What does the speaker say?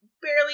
barely